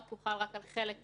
רק שהוא חל רק על חלק מהתיקים,